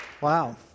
Wow